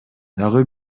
дагы